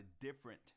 different